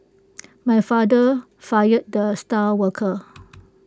my father fired the star worker